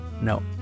no